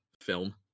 film